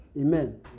Amen